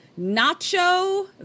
Nacho